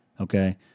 okay